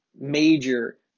major